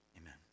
amen